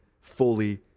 fully